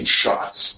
shots